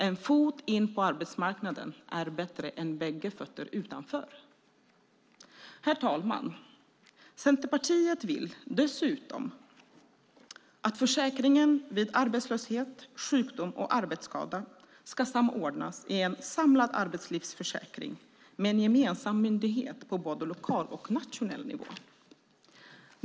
En fot in på arbetsmarknaden är bättre än bägge fötter utanför. Herr talman! Centerpartiet vill dessutom att försäkringen vid arbetslöshet, sjukdom och arbetsskada samordnas i en samlad arbetslivsförsäkring med en gemensam myndighet på både lokal och nationell nivå.